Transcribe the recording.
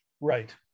Right